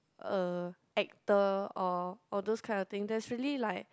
a actor or all those kind of thing there's really like